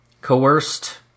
coerced